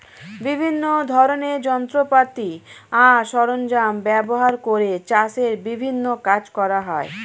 বিভিন্ন ধরনের যন্ত্রপাতি আর সরঞ্জাম ব্যবহার করে চাষের বিভিন্ন কাজ করা হয়